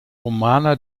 romana